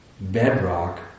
bedrock